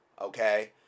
okay